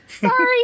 sorry